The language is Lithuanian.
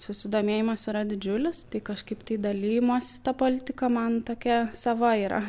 susidomėjimas yra didžiulis tai kažkaip tai dalijimosi ta politika man tokia sava yra